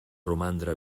romandre